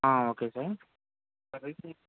okay sir